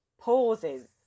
Pauses